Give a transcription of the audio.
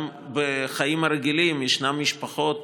גם בחיים הרגילים יש משפחות